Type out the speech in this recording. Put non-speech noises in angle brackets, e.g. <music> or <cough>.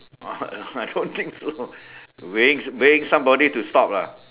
oh <laughs> I don't think so wave waving somebody to stop lah